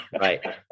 right